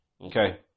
Okay